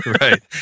Right